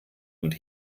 und